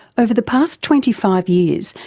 over the past twenty five years,